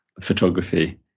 photography